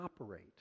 operate